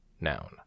Noun